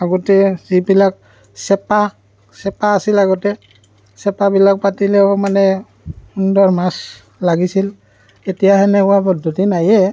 আগতে যিবিলাক চেপা চেপা আছিল আগতে চেপাবিলাক পাতিলেও মানে সুন্দৰ মাছ লাগিছিল এতিয়া সেনেকুৱা পদ্ধতি নায়েই